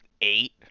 eight